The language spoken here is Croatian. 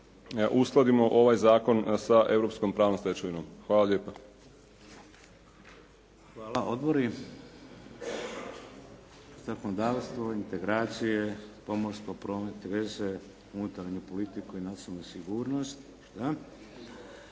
uskladimo ovaj zakon sa europskom pravnom stečevinom. Hvala lijepa. **Šeks, Vladimir (HDZ)** Hvala. Odbori? Zakonodavstvo? Integracije? Pomorsto, promet i veze? Unutarnju politiku i nacionalnu sigurnost?